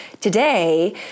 today